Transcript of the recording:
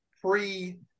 pre